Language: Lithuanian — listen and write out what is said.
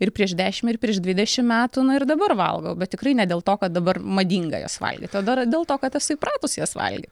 ir prieš dešim ir prieš dvidešim metų na ir dabar valgau bet tikrai ne dėl to kad dabar madinga jas valgyt o dar dėl to kad esu įpratus jas valgyt